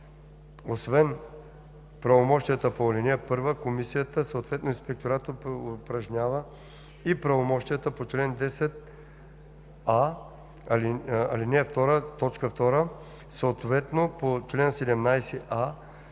Освен правомощията по ал. 1, комисията, съответно инспекторатът упражнява и правомощията по чл. 10а, ал. 2, т. 2, съответно по чл. 17а,